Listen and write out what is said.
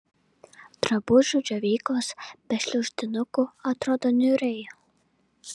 drabužių džiovyklos be šliaužtinukų atrodo niūriai